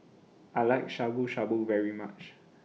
I like Shabu Shabu very much